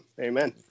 Amen